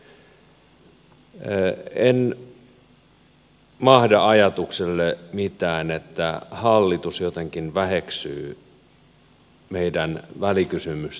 en mahda sille ajatukselle mitään että hallitus jotenkin väheksyy meidän välikysymystämme